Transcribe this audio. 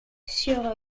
sur